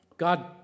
God